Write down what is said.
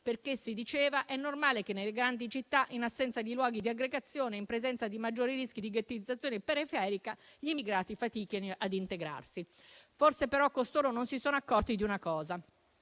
perché - si diceva - è normale che nelle grandi città, in assenza di luoghi di aggregazione e in presenza di maggiori rischi di ghettizzazione periferica, gli immigrati fatichino a integrarsi. Forse, però, costoro non si sono accorti di una cosa: